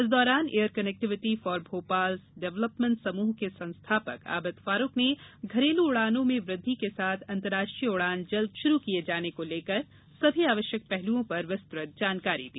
इस दौरान air connectivity for Bhopal's development समूह के संस्थापक आबिद फारूक ने घरेलू उड़ानों में वृद्धि के साथ अंतरराष्ट्रीय उड़ान जल्दी से शुरू किये जाने को लेकर सभी आवश्यक पहलुओं पर विस्तृत जानकारी दी